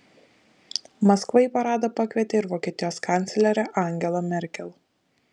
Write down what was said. maskva į paradą pakvietė ir vokietijos kanclerę angelą merkel